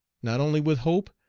not only with hope,